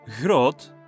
groot